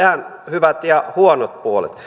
hyvät ja huonot puolet